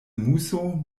muso